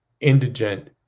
indigent